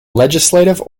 legislative